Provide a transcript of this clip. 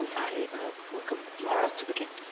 i welcome mara to begin.